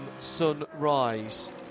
sunrise